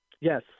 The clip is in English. Yes